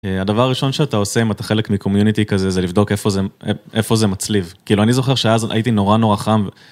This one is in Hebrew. הדבר הראשון שאתה עושה אם אתה חלק מקומיוניטי כזה זה לבדוק איפה זה מצליב. כאילו אני זוכר שאז הייתי נורא נורא חם.